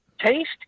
Taste